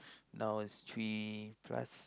now is three plus